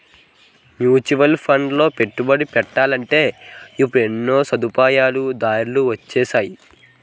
mutual ఫండ్లలో పెట్టుబడి పెట్టాలంటే ఇప్పుడు ఎన్నో సదుపాయాలు దారులు వొచ్చేసాయి